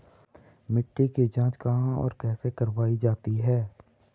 मिट्टी की जाँच कहाँ और कैसे करवायी जाती है?